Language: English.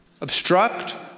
obstruct